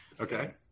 Okay